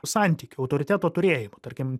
santykiu autoriteto turėjimu tarkim